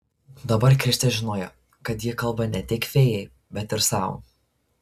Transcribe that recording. dabar kristė žinojo kad ji kalba ne tik fėjai bet ir sau